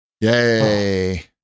Yay